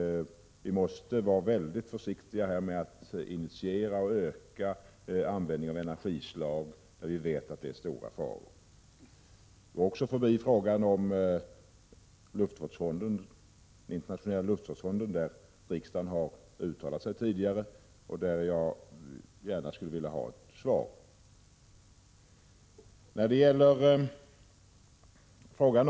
Vi måste vara mycket försiktiga med att initiera och öka användningen av energislag som vi vet medför stora faror. Miljöministern gick också förbi frågan om den internationella luftvårds fonden, som riksdagen tidigare har uttalat sig om. Jag skulle vilja ha ett svar på den frågan.